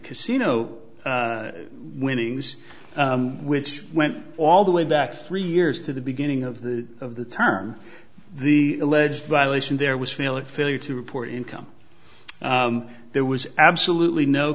casino winnings which went all the way back three years to the beginning of the of the term the alleged violation there was felix failure to report income there was absolutely no